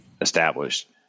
established